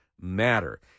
matter